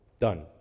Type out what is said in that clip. Done